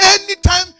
Anytime